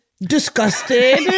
Disgusted